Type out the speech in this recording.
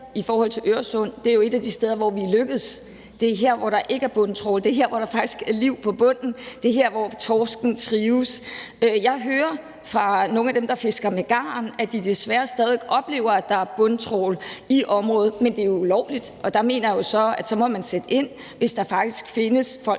nævner Øresund, og det er jo et af de steder, hvor vi er lykkedes. Det er her, hvor der ikke fiskes med bundtrawl; det her, hvor der faktisk er liv på bunden; det er her, hvor torsken trives. Jeg hører fra nogle af dem, der fisker med garn, at de desværre stadig væk oplever, at der fiskes med bundtrawl i området, men det er jo ulovligt, og der mener jeg jo at man må sætte ind, hvis der faktisk findes folk,